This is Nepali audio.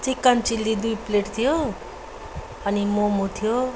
चिकन चिल्ली दुई प्लेट थियो अनि मोमो थियो